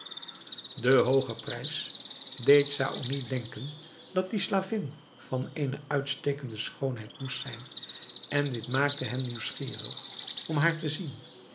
de hooge prijs deed saony denken dat die slavin van eene uitstekende schoonheid moest zijn en dit maakte hem nieuwsgierig om haar te zien